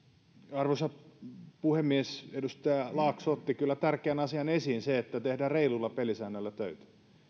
arvoisa puhemies edustaja laakso otti kyllä esiin tärkeän asian sen että tehdään reiluilla pelisäännöillä töitä